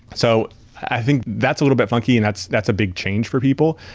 so i think that's a little bit funky and that's that's a big change for people,